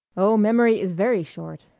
oh, memory is very short!